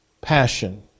passion